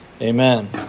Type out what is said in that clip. amen